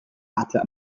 adler